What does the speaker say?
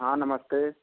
हाँ नमस्ते